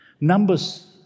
Numbers